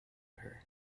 her